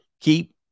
Keep